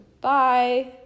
Bye